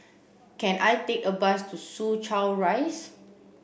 can I take a bus to Soo Chow Rise